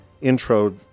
intro